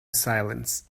silence